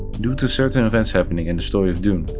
due to certain events happening in the story of dune,